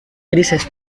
grises